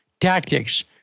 tactics